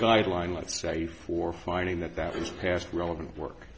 guideline let's say for finding that that was past relevant work